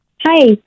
Hi